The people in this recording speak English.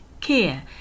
care